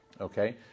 okay